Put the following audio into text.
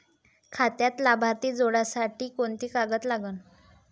खात्यात लाभार्थी जोडासाठी कोंते कागद लागन?